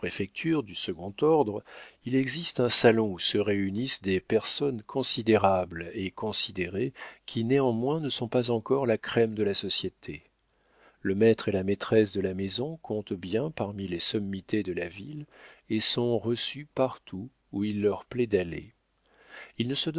du second ordre il existe un salon où se réunissent des personnes considérables et considérées qui néanmoins ne sont pas encore la crème de la société le maître et la maîtresse de la maison comptent bien parmi les sommités de la ville et sont reçus partout où il leur plaît d'aller il ne se